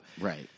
Right